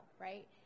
right